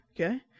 Okay